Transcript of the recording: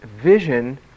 vision